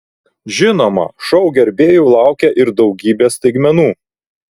žinoma šou gerbėjų laukia ir daugybė staigmenų